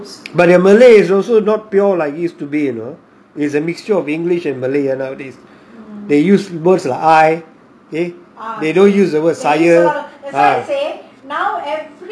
but their malay is also not pure like used to be you know is a mixture of english and malay or nowadays they use words like I okay they don't use the words sayer